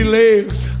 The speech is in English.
legs